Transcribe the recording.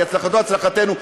כי הצלחתו הצלחתנו,